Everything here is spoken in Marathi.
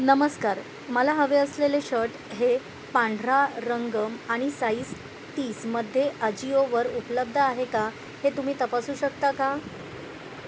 नमस्कार मला हवे असलेले शर्ट हे पांढरा रंग आणि साईज तीसमध्ये अजिओवर उपलब्ध आहे का हे तुम्ही तपासू शकता का